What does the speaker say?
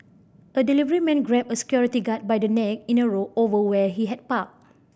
a delivery man grabbed a security guard by the neck in a row over where he had parked